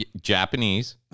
Japanese